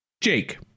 Jake